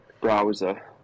browser